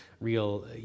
real